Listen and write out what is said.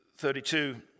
32